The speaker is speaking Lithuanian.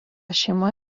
šeima